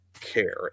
care